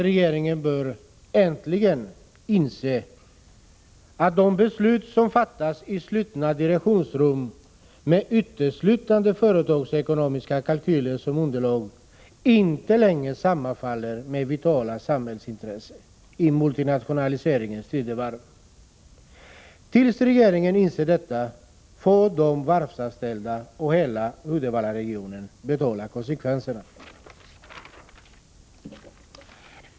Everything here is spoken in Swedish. Regeringen bör äntligen inse att de beslut som fattas i slutna direktionsrum med uteslutande företagsekonomiska kalkyler såsom underlag inte längre sammanfaller med vitala samhällsintressen i multinationaliseringens tidevarv. Till dess regeringen inser detta får de varvsanställda och hela Uddevallaregionen betala konsekvenserna.